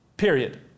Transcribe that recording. Period